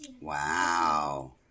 Wow